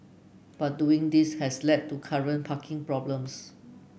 but doing this has led to current parking problems